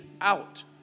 out